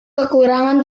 kekurangan